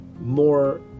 more